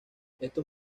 estos